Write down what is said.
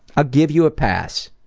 i'll give you a pass.